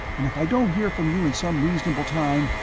and if i don't hear from you in some reasonable time,